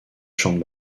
champs